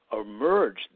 emerged